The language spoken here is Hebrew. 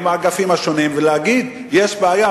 עם האגפים השונים ויגיד: יש בעיה,